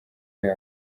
yabo